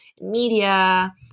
media